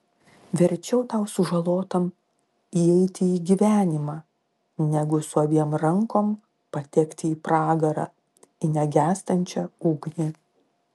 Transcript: verčiau tau sužalotam įeiti į gyvenimą negu su abiem rankom patekti į pragarą į negęstančią ugnį